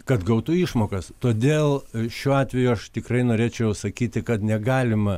kad gautų išmokas todėl šiuo atveju aš tikrai norėčiau sakyti kad negalima